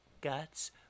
Guts